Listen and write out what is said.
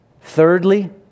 Thirdly